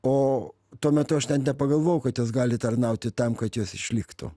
o tuo metu aš net nepagalvojau kad jos gali tarnauti tam kad jos išliktų